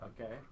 okay